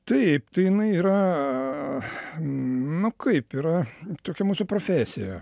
taip tai jinai yra nu kaip yra tokia mūsų profesija